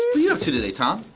are you up to today, tom?